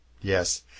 Yes